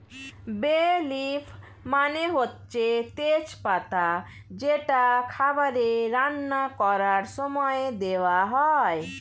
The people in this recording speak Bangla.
বে লিফ মানে হচ্ছে তেজ পাতা যেটা খাবারে রান্না করার সময়ে দেওয়া হয়